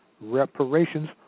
reparations